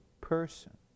person